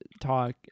talk